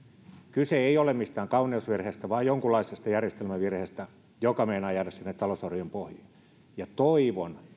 kyse ei ole mistään kauneusvirheestä vaan jonkunlaisesta järjestelmävirheestä joka meinaa jäädä sinne talousarvion pohjiin toivon